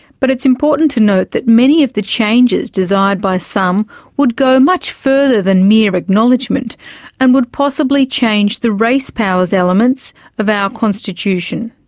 but it's important to note that many of the changes desired by some would much further than mere acknowledgment and would possibly change the race powers elements of our constitution.